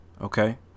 okay